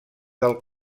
del